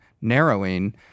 narrowing